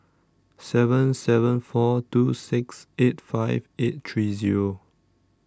seven seven four two six eight five eight three Zero